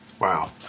Wow